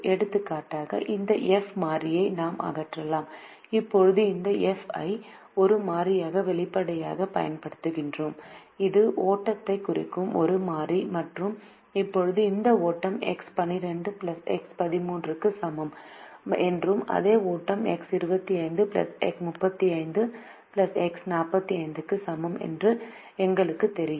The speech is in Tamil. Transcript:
எடுத்துக்காட்டாக இந்த எஃப் மாறியை நாம் அகற்றலாம் இப்போது இந்த எஃப் ஐ ஒரு மாறியாக வெளிப்படையாகப் பயன்படுத்துகிறோம் இது ஓட்டத்தை குறிக்கும் ஒரு மாறி மற்றும் இப்போது இந்த ஓட்டம் எக்ஸ் 12 எக்ஸ் 13 க்கு சமம் என்றும் அதே ஓட்டம் எக்ஸ் 25 எக்ஸ் 35 எக்ஸ் 45 க்கு சமம் என்றும் எங்களுக்குத் தெரியும்